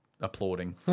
applauding